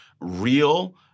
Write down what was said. real